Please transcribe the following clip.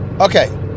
okay